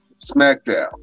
SmackDown